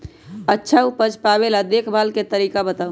अच्छा उपज पावेला देखभाल के तरीका बताऊ?